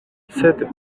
sed